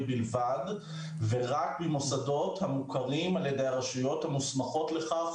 בלבד ורק ממוסדות המוכרים על-ידי הרשויות המוסמכות לכך